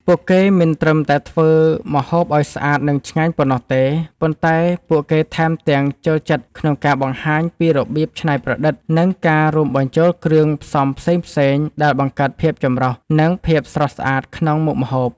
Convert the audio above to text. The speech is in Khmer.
ពួកគេមិនត្រឹមតែធ្វើម្ហូបឲ្យស្អាតនិងឆ្ងាញ់ប៉ុណ្ណោះទេ តែពួកគេថែមទាំងចូលចិត្តក្នុងការបង្ហាញពីរបៀបច្នៃប្រឌិត និងការរួមបញ្ចូលគ្រឿងផ្សំផ្សេងៗដែលបង្កើតភាពចម្រុះ និងភាពស្រស់ស្អាតក្នុងមុខម្ហូប។